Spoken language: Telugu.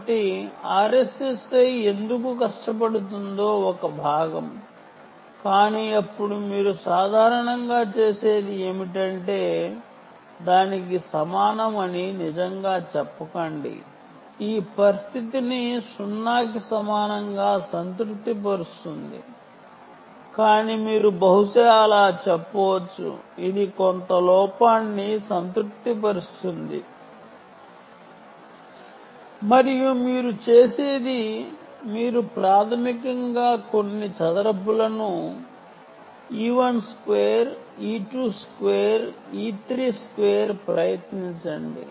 కాబట్టి RSSI ఎందుకు కష్టమో ఇది ఒక భాగం కానీ అప్పుడు మీరు సాధారణంగా చేసేది ఏమిటంటే దానికి సమానం అని నిజంగా చెప్పకండి ఈ పరిస్థితిని సున్నాకి సమానంగా సంతృప్తిపరుస్తుంది కానీ మీరు బహుశా ఇది కొంత లోపాన్ని సంతృప్తిపరుస్తుంది అని చెప్పవచ్చు మరియు మీరు చేసేది మీరు ప్రాథమికంగా కొన్ని చదరపులను e12 e22 e32 ప్రయత్నించండి